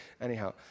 Anyhow